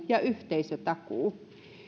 ja yhteisötakuun